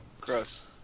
Gross